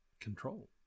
control